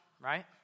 right